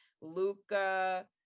Luca